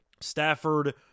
Stafford